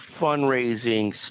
fundraising